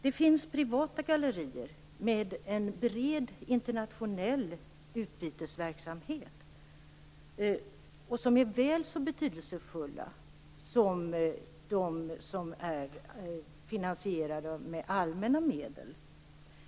Det finns privata gallerier med en bred internationell utbytesverksamhet som är väl så betydelsefulla som de som är finansierade med allmänna medel.